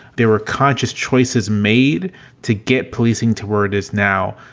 they were conscious choices made to get policing to where it is now.